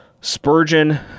Spurgeon